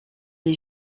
les